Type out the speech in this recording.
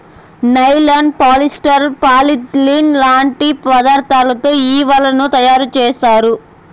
nylon, polyester, polythene లాంటి పదార్థాలతో ఈ వలలను తయారుచేత్తారు